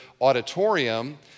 auditorium